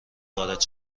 وارد